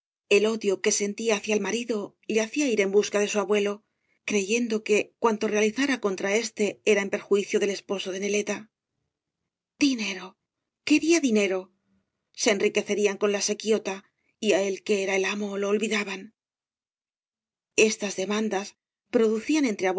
el odio que sentía hacia el marido le hacía ir en busca de su abuelo creyendo que cuanto realizara contra éste era en perjuicio de esposa de neleta dinero quería dinero se enriquecían con la sequidta y á él que era el amo lo olvidaban estas demandas producían entre